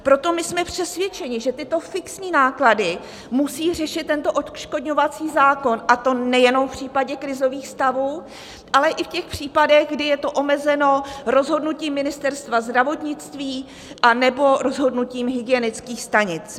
Proto jsme přesvědčeni, že fixní náklady musí řešit tento odškodňovací zákon, a to nejenom v případě krizových stavů, ale i v těch případech, kdy je to omezeno rozhodnutím Ministerstva zdravotnictví nebo rozhodnutím hygienických stanic.